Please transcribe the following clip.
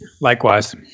Likewise